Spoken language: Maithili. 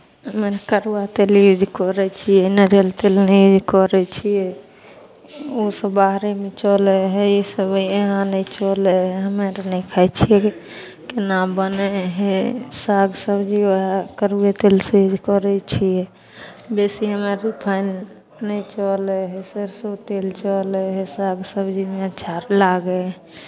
हमे करुआ तेल यूज करै छियै नारियल तेल नहि यूज करै छियै ओसभ बाहरेमे चलै हइ इसभ हियाँ नहि चलै हइ हमेअर नहि खाइ छी केना बनै हइ साग सबजी उएह करुए तेलेसँ करै छियै बेसी हमरा अर रिफाइन नहि चलै हइ सरिसो तेल चलै हइ साग सबजीमे अच्छा लागै हइ